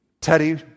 Teddy